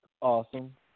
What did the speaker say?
awesome